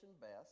best